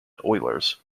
oilers